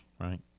right